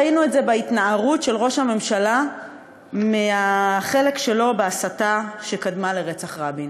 ראינו את זה בהתנערות של ראש הממשלה מהחלק שלו בהסתה שקדמה לרצח רבין.